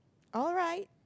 alright